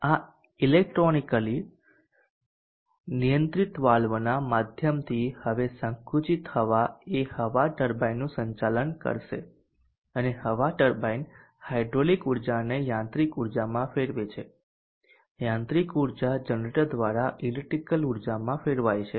આ ઇલેક્ટ્રોનિકલી નિયંત્રિત વાલ્વના માધ્યમથી અહીં સંકુચિત હવા એ હવા ટર્બાઇનનું સંચાલન કરશે અને હવા ટર્બાઇન હાઇડ્રોલિક ઉર્જાને યાંત્રિક ઉર્જામાં ફેરવે છે યાંત્રિક ઉર્જા જનરેટર દ્વારા ઈલેક્ટ્રીકલ ઉર્જામાં ફેરવાય છે